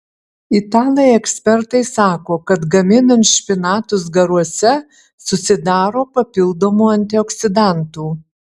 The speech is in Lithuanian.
italai ekspertai sako kad gaminant špinatus garuose susidaro papildomų antioksidantų